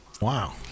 Wow